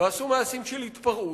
ועשו מעשים מזיקים של התפרעות,